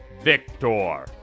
Victor